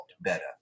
better